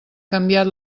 canviat